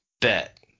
Bet